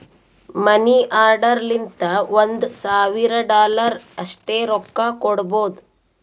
ಮನಿ order ಲಿಂತ ಒಂದ್ ಸಾವಿರ ಡಾಲರ್ ಅಷ್ಟೇ ರೊಕ್ಕಾ ಕೊಡ್ಬೋದ